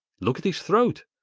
look at his throat!